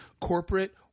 corporate –